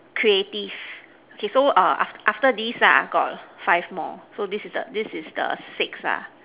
creative okay so err aft~ after this ah got five more so this is the this is the sixth lah